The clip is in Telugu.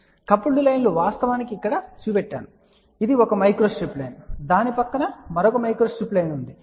కాబట్టి కపుల్డ్ లైన్ లు వాస్తవానికి ఇక్కడ చూపబడ్డాయి కాబట్టి ఇది ఒక మైక్రోస్ట్రిప్ లైన్ మరియు దాని పక్కన మరొక మైక్రోస్ట్రిప్ లైన్ ఉంది